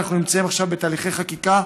אנחנו נמצאים עכשיו בתהליכי חקיקה,